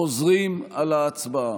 חוזרים על ההצבעה.